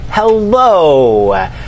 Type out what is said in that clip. Hello